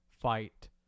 Fight